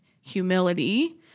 humility